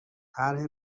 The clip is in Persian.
طرح